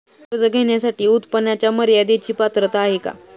कर्ज घेण्यासाठी उत्पन्नाच्या मर्यदेची पात्रता आहे का?